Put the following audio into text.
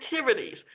activities